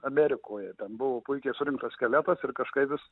amerikoje ten buvo puikiai surinktas skeletas ir kažkaip vis